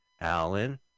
Alan